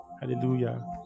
Hallelujah